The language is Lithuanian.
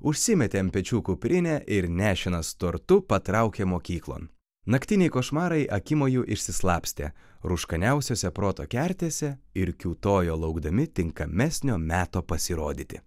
užsimetė ant pečių kuprinę ir nešinas tortu patraukė mokyklon naktiniai košmarai akimoju išsislapstė rūškaniausiose proto kertėse ir kiūtojo laukdami tinkamesnio meto pasirodyti